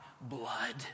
blood